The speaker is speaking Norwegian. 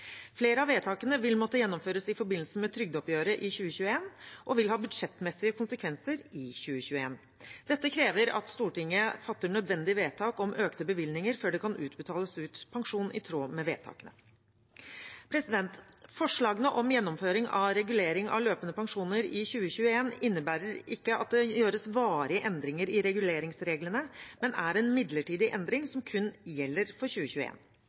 Flere av vedtakene vil måtte gjennomføres i forbindelse med trygdeoppgjøret i 2021, og vil ha budsjettmessige konsekvenser i 2021. Dette krever at Stortinget fatter nødvendige vedtak om økte bevilgninger før det kan betales ut pensjon i tråd med vedtakene. Forslagene om gjennomføring av regulering av løpende pensjoner i 2021 innebærer ikke at det gjøres varige endringer i reguleringsreglene, men at det er en midlertidig endring som kun gjelder for